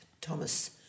Thomas